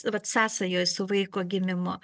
vat sąsajoje su vaiko gimimo